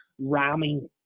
ramming